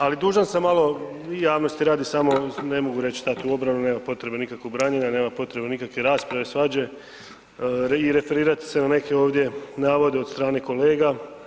Ali dužan sam malo javnosti radi samo ne mogu reći, stati u obranu, nema potrebe nikako branjenja, nema potrebe nikakve rasprave, svađe i referirati se na neke ovdje navode od strane kolega.